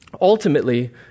ultimately